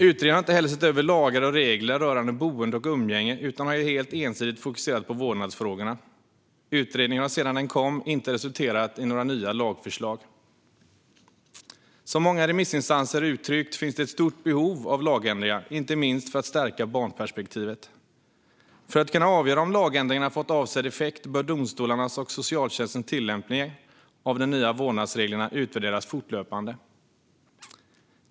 Utredningen har heller inte sett över lagar och regler rörande boende och umgänge utan har helt ensidigt fokuserat på vårdnadsfrågorna. Den har sedan den lades fram inte resulterat i några nya lagförslag. Som många remissinstanser uttryckt finns det ett stort behov av lagändringar, inte minst för att stärka barnperspektivet. För att kunna avgöra om lagändringarna fått avsedd effekt bör domstolarnas och socialtjänstens tillämpning av de nya vårdnadsreglerna utvärderas fortlöpande.